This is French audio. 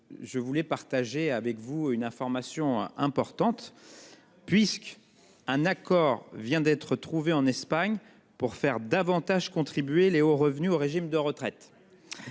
J'aimerais partager avec vous une information importante : un accord vient d'être trouvé en Espagne pour faire davantage contribuer les hauts revenus au régime de retraite.